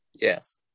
Yes